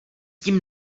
tím